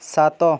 ସାତ